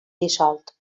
dissolt